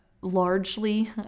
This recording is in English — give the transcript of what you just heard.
largely